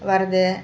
வரது